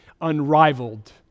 unrivaled